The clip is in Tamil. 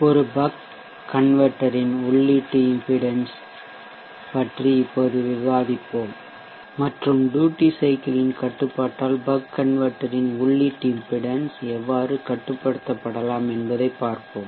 ஒரு பக் கன்வெர்ட்டர் இன் உள்ளீட்டு இம்பிடென்ஸ் மின்மறுப்பு பற்றி இப்போது விவாதிப்போம் மற்றும் ட்யூட்டி சைககிள் இன் கட்டுப்பாட்டால் பக் கன்வெர்ட்டர் இன் உள்ளீட்டு இம்பிடென்ஸ் மின்மறுப்பு எவ்வாறு கட்டுப்படுத்தப்படலாம் என்பதைப் பார்ப்போம்